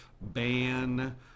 ban